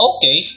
Okay